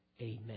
Amen